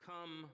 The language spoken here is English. Come